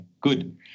good